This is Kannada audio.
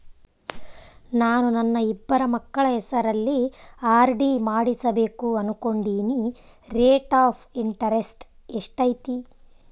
ನಾನು ನನ್ನ ಇಬ್ಬರು ಮಕ್ಕಳ ಹೆಸರಲ್ಲಿ ಆರ್.ಡಿ ಮಾಡಿಸಬೇಕು ಅನುಕೊಂಡಿನಿ ರೇಟ್ ಆಫ್ ಇಂಟರೆಸ್ಟ್ ಎಷ್ಟೈತಿ?